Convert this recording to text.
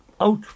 Out